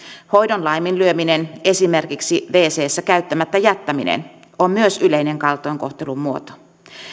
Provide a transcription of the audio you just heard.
hoidon laiminlyöminen esimerkiksi wcssä käyttämättä jättäminen on yleinen kaltoinkohtelun muoto myös